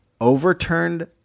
overturned